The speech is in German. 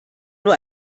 nur